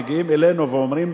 מגיעים אלינו ואומרים: